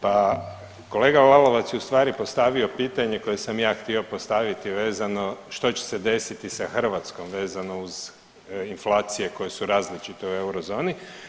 Pa kolega Lalovac je u stvari postavio pitanje koje sam ja htio postaviti vezano što će se desiti sa Hrvatskom vezano uz inflacije koje su različite u eurozoni?